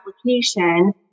application